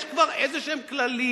יש כבר איזה כללים,